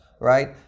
right